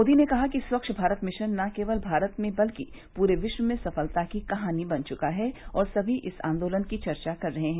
मोदी ने कहा कि स्वच्छ भारत मिशन न केवल भारत में बल्कि पूरे विश्व में सफलता की कहानी बन चुका है और सभी इस आंदोलन की चर्चा कर रहे हैं